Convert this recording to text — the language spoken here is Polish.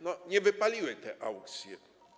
Nie wypaliły te aukcje.